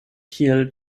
kiel